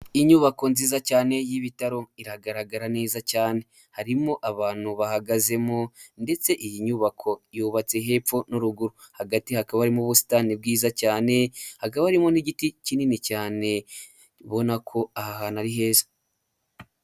Inyubako nziza cyane y'ibitaro iragaragara neza cyane, harimo abantu bahagazemo ndetse iyi nyubako yubatse hepfo n'urugo, hagati hakaba harimo ubusitani bwiza cyane hakaba harimo n'igiti kinini cyane ubona ko aha hantu ari heza.